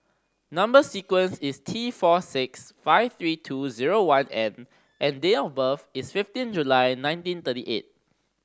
number sequence is T four six five three two zero one N and date of birth is fifteen July nineteen thirty eight